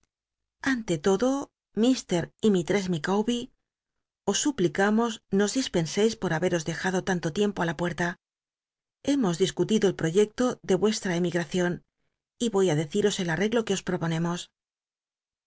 ante lodo mr y misuess iicawbcr os suplicamos nos dispenseis por habcos dejado tanto tiempo i la puerta hemos discutido el pt oyecto de vuestm emigraeion y voy á deciros el an cglo que os proponemos